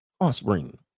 offspring